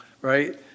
right